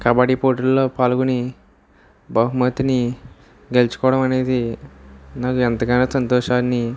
కబడ్డీ పోటీల్లో పాల్గొని బహుమతిని గెలుచుకోవడం అనేది నాకు ఎంతగానో సంతోషాన్ని